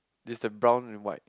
is the brown and white